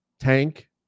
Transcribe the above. tank